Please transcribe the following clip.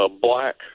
black